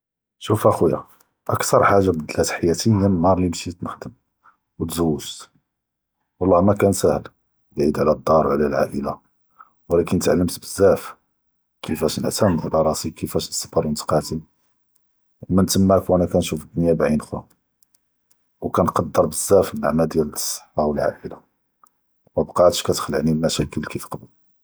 שוף אחוויה, אכתר חאג’ה בדלת חיאתי מינין נהאר אלי משית נכדם ו תזוגת, ואללה מא כאן סאהל ביעד על דאר ועל אלעאילה, וולקין תלמעתי בזאף כיפאש נעמד על ראסי, כיפאש תצרב ו נתקאטם, ומינתמאק ואני כנשוף אלדוניה בעין חרא, וכנכדר בזאף אלנעמה דיאל אלסהה והעאפיה מא בקאתש כתכדהני אלמדה כיף כאן קבל.